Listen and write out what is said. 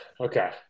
okay